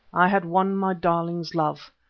i had won my darling's love,